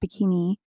bikini